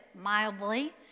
mildly